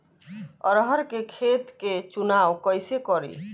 अरहर के खेत के चुनाव कईसे करी?